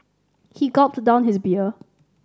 he gulped down his beer